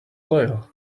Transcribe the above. loyal